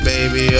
Baby